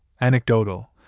anecdotal